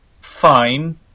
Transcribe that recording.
fine